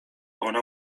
ona